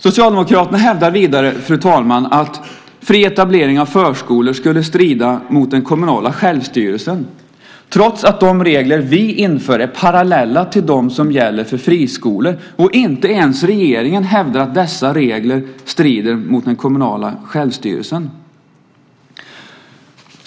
Socialdemokraterna hävdar vidare, fru talman, att fri etablering av förskolor skulle strida mot den kommunala självstyrelsen, trots att de regler vi inför är parallella till dem som gäller för friskolor. Inte ens regeringen hävdar att dessa regler strider mot den kommunala självstyrelsen.